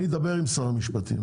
אני אדבר עם שר המשפטים.